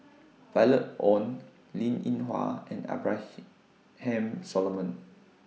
Violet Oon Linn in Hua and Ham Solomon